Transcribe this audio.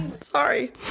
sorry